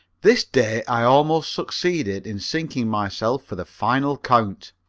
this day i almost succeeded in sinking myself for the final count.